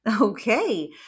Okay